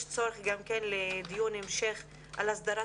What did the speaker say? יש צורך גם כן בדיון המשך על הסדרת